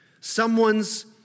someone's